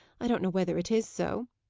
i don't know whether it is so.